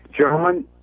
gentlemen